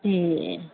ए